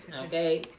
okay